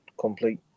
complete